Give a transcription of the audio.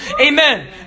Amen